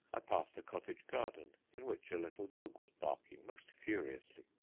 i passed a cottage garden in which a little dog was barking most furiously.